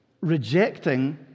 rejecting